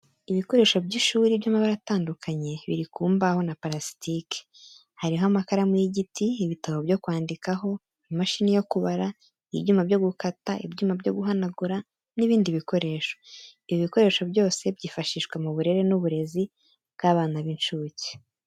Ibikoresho by'ishuri by'amabara atandukanye, biri ku mbaho na parasitike. Hariho amakaramu y'igiti, ibitabo byo kwandikaho, imashini yo kubara, ibyuma byo gukata, ibyuma byo guhanagura n'ibindi bikoresho. Ibi bikoresho byose byifashishwa mu burere n'uburezi bw'abana b'incuke.